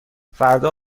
فردا